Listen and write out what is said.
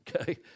Okay